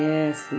Yes